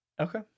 Okay